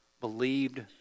believed